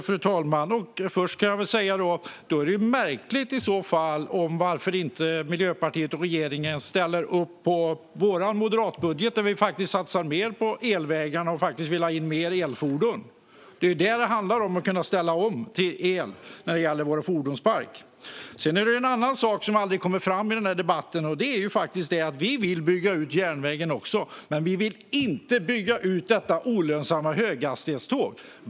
Fru talman! Först kan jag säga att det i så fall är märkligt att Miljöpartiet och regeringen inte ställer sig bakom vår moderata budget, där vi faktiskt satsar mer på elvägarna och vill ha in mer elfordon. Det handlar om att kunna ställa om till el när det gäller vår fordonspark. Sedan är det en annan sak som aldrig kommer fram i denna debatt, nämligen att vi också vill bygga ut järnvägen. Men vi vill inte bygga ut med olönsamma höghastighetståg.